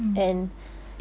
mm